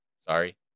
Sorry